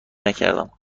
نکردم